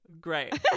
Great